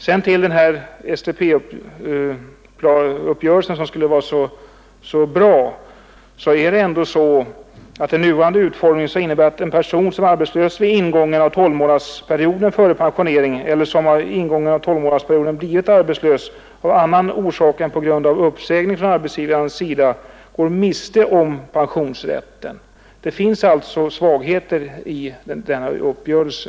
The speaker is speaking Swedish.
Beträffande STP-uppgörelsen, som skulle vara så bra, vill jag säga att den ändå i sin nuvarande utformning innebär att en person som är arbetslös vid ingången av tolvmånadersperioden för pensioneringen eller som under påbörjad tolvmånadersperiod blir arbetslös av annan orsak än uppsägning från arbetsgivaren går miste om pensionsrätten. Det finns alltså svagheter i denna uppgörelse.